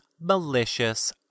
Malicious